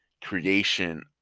creation